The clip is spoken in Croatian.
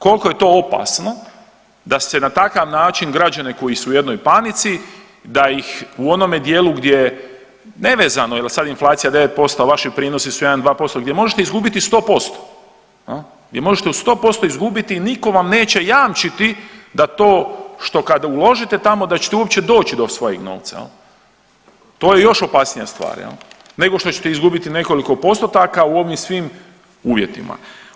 Koliko je to opasno da se na takav način građane koji su u jednoj panici da ih u onome dijelu gdje ne vezano jel sad inflacija 9%, a vaši prinosi su 1, 2% gdje možete izgubiti 100% gdje možete 100% izgubiti i nitko vam neće jamčiti da to što kad uložite tamo da ćete uopće doći do svojeg novca, to je još opasnija stvar nego što ćete izgubiti nekoliko postotaka u ovim svim uvjetima.